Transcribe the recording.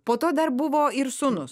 po to dar buvo ir sūnus